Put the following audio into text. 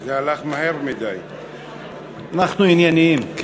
גזענות, התשע"ג 2013,